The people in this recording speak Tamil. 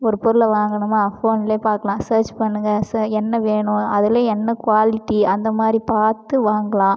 ஒரு பொருளை வாங்கணுமா ஃபோன்லேயே பார்க்குலாம் ஸர்ச் பண்ணுங்க ச என்ன வேணும் அதுலேயே என்ன குவாலிட்டி அந்த மாதிரி பார்த்து வாங்கலாம்